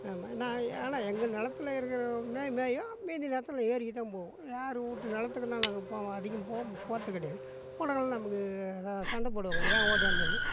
ஆமாம் நான் ஆனால் எங்கள் நிலத்துல இருக்கிறத மே மேயும் மீதி நேரத்தில் ஏரிக்கு தான் போகும் யார் வீட்டு நிலத்துக்குலாம் நாங்கள் போக அதிகம் போக போகிறது கிடையாது போனால் தானே நமக்கு ஏதா சண்டை போடுவாங்க ஏன் ஓட்டியாந்தேன்னு